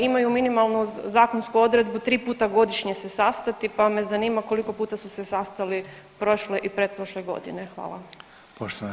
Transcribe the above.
Imaju minimalnu zakonsku odredbu 3 puta godišnje se sastati, pa me zanima koliko puta su se sastali prošle i pretprošle godine.